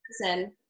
person